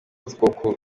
two